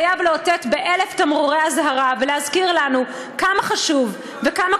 חייב לאותת ב-1,000 תמרורי אזהרה ולהזכיר לנו כמה חשוב וכמה